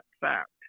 fact